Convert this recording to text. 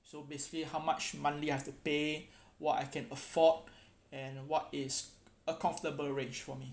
so basically how much monthly I have to pay what I can afford and what is a comfortable range for me